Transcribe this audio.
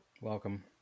welcome